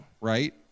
right